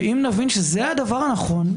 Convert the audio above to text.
ואם נבין שזה הדבר הנכון,